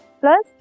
plus